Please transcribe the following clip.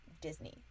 Disney